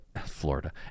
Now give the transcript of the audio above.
Florida